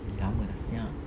lagi lama lah sia